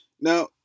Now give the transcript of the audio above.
Now